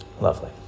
Lovely